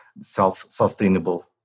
self-sustainable